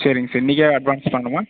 சரிங்க சார் இன்னிக்கே அட்வான்ஸ் பண்ணணுமா